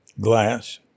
glass